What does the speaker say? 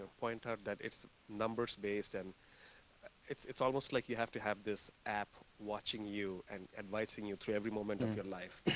point out that it's numbers based. and it's it's almost like you have to have this app watching you and advising you through every moment of your life,